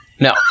No